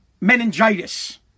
meningitis